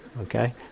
Okay